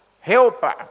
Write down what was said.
helper